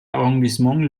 arrondissement